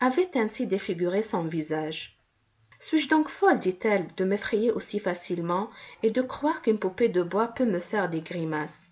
avait ainsi défiguré son visage suis-je donc folle dit-elle de m'effrayer aussi facilement et de croire qu'une poupée de bois peut me faire des grimaces